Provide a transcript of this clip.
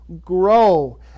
grow